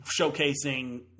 showcasing